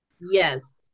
Yes